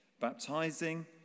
baptizing